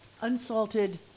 unsalted